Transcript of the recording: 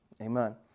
Amen